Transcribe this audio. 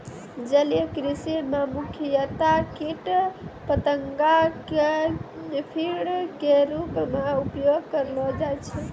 जलीय कृषि मॅ मुख्यतया कीट पतंगा कॅ फीड के रूप मॅ उपयोग करलो जाय छै